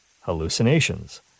hallucinations